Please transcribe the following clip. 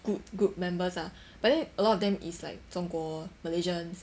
good group members ah but then a lot of them is like 中国 malaysians